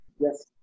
Yes